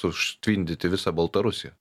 užtvindyti visą baltarusiją